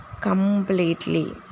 Completely